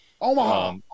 omaha